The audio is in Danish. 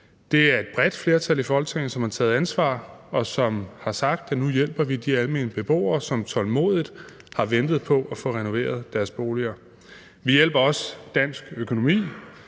Det er et bredt flertal i Folketinget, som har taget ansvar, og som har sagt, at nu hjælper vi de almene beboere, som tålmodigt har ventet på at få renoveret deres boliger. Vi hjælper også dansk økonomi